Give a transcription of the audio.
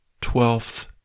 Twelfth